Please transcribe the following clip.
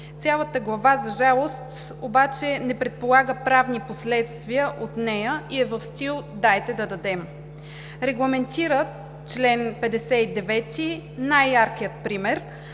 Цялата глава, за жалост, обаче не предполага правни последствия от нея и е в стил „Дайте да дадем!“. Регламентира чл. 59 най-яркият пример,